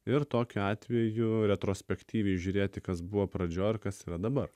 ir tokiu atveju retrospektyviai žiūrėti kas buvo pradžioj ir kas yra dabar